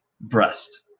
breast